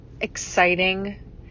exciting